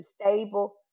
stable